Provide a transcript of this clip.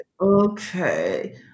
Okay